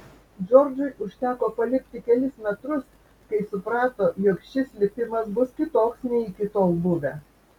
džordžui užteko palipti kelis metrus kai suprato jog šis lipimas bus kitoks nei iki tol buvę